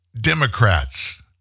Democrats